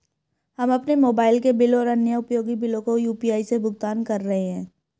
हम अपने मोबाइल के बिल और अन्य उपयोगी बिलों को यू.पी.आई से भुगतान कर रहे हैं